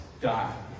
die